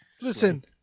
listen